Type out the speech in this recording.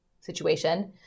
situation